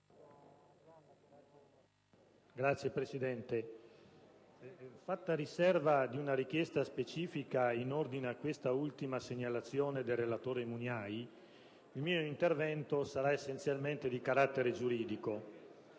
Signor Presidente, fatta riserva di una richiesta specifica in ordine a quest'ultima segnalazione del relatore Mugnai, il mio intervento sarà essenzialmente di carattere giuridico.